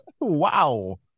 wow